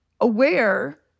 aware